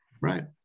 right